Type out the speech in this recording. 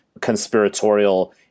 conspiratorial